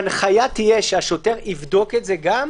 ההנחיה תהיה שהשוטר יבדוק את זה גם,